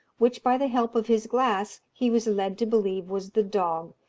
which, by the help of his glass, he was led to believe was the dog,